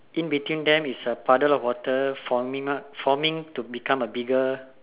in between them is a puddle of water forming up forming to become a bigger